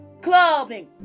clubbing